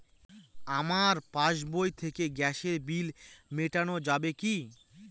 আমার পাসবই থেকে গ্যাসের বিল মেটানো যাবে কি?